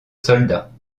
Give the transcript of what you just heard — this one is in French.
soldats